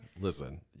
listen